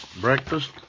breakfast